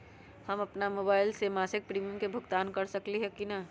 हम अपन मोबाइल से मासिक प्रीमियम के भुगतान कर सकली ह की न?